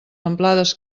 amplades